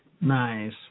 Nice